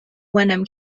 wenham